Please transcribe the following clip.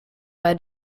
bei